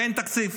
ואין תקציב.